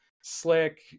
slick